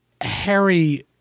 harry